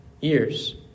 years